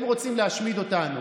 הם רוצים להשמיד אותנו,